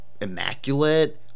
immaculate